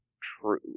true